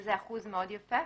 שזה אחוז מאוד יפה.